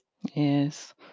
Yes